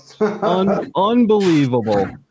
Unbelievable